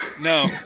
no